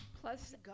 Plus